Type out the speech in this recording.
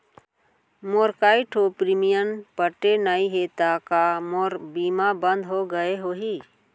मोर कई ठो प्रीमियम पटे नई हे ता का मोर बीमा बंद हो गए होही?